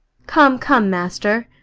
come, come, master.